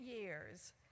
years